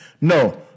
No